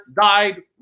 died